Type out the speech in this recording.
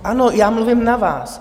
Ano, já mluvím na vás.